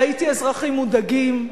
ראיתי אזרחים מודאגים.